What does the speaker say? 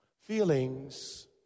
Feelings